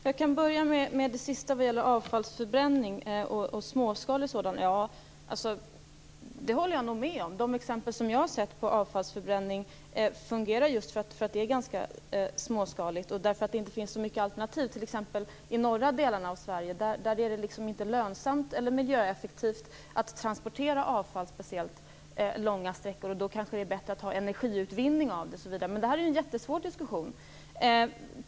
Herr talman! Jag håller med om detta med småskalig avfallsförbränning. De exempel jag har sett fungerar just för att de är småskaliga och därför att det inte finns så många alternativ. I norra delarna av Sverige, t.ex., är det varken lönsamt eller miljöeffektivt att transportera avfall speciellt långa sträckor. Då kanske det är bättre att ha energiutvinning av avfallet. Detta är en jättesvår diskussion.